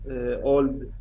old